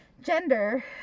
gender